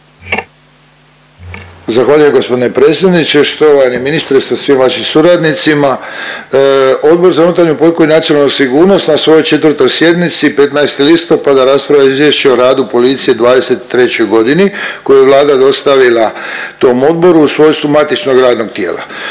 Zahvaljujem gospodine predsjedniče. Štovani ministre sa svim vašim suradnicima, Odbor za unutarnju politiku i nacionalnu sigurnost na svojoj 4. sjednici 15. listopada raspravio je Izvješće o radu policije u '23. godini koje je Vlada dostavila tom odboru u svojstvu matičnog radnog tijela.